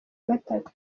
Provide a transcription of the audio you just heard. gatatu